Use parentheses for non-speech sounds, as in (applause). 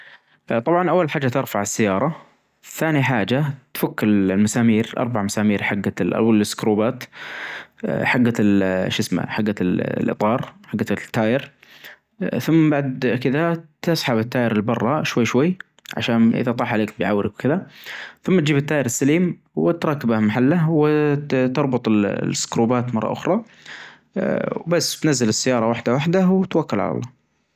اول حاجة قطعت الان ثاني حاجة تفظلها مكان توجد لها مساحة كافية مناسبة (hesitation) تقرأ ثالث حاجة تقرأ حجها كيفية تركيبها وكيفية استخدامها وكذا تتأكد ان عندك الادوات الكافية من (hesitation) سقروبات ومطارج وكدا ثمن نتوكل على الله امشي مع الخطوات واحدة واحدة بتوصل